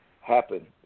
happen